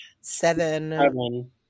seven